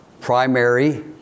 primary